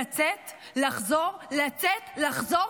לצאת-לחזור-לצאת-לחזור,